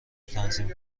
تنظیم